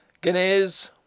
Guineas